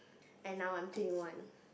and now I'm twenty one